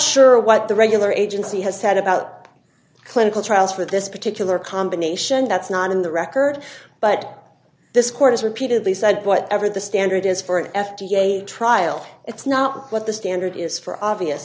sure what the regular agency has said about clinical trials for this particular combination that's not in the record but this court has repeatedly said whatever the standard is for an f d a trial it's not what the standard is for obvious